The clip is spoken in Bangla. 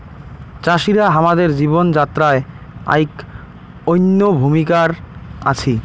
চাষিরা হামাদের জীবন যাত্রায় আইক অনইন্য ভূমিকার আছি